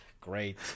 Great